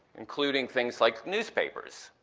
including things like newspapers.